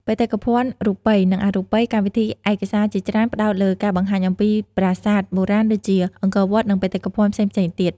បេតិកភណ្ឌរូបី និងអរូបី កម្មវិធីឯកសារជាច្រើនផ្តោតលើការបង្ហាញអំពី ប្រាសាទបុរាណ ដូចជា អង្គរវត្ត និងបេតិកភណ្ឌផ្សេងៗទៀត។